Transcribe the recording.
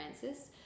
francis